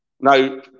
Now